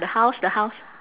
the house the house